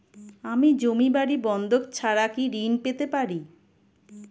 আমি জমি বাড়ি বন্ধক ছাড়া কি ঋণ পেতে পারি?